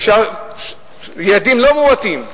ילדים לא מועטים,